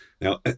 Now